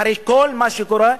אחרי כל מה שקורה,